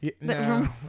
No